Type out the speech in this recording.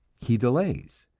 he delays,